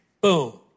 boom